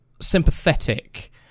sympathetic